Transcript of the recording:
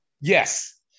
Yes